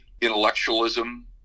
intellectualism